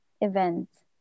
events